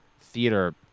theater